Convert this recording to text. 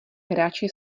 hráči